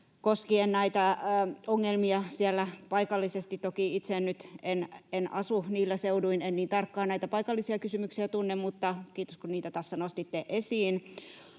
koskien näitä ongelmia siellä paikallisesti. Toki itse nyt en asu niillä seuduin, en niin tarkkaan näitä paikallisia kysymyksiä tunne, mutta kiitos, kun niitä tässä nostitte esiin.